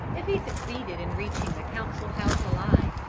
if he succeeded in reaching the council-house alive,